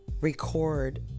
record